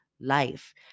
Life